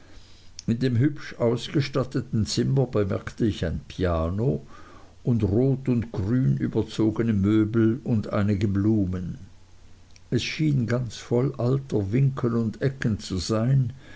in dem hübsch ausgestatteten zimmer bemerkte ich ein piano und rot und grün überzogne möbel und einige blumen es schien ganz voll alter winkel und ecken zu sein